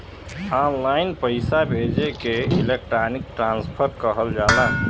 online पइसा भेजे के इलेक्ट्रानिक ट्रांसफर कहल जाला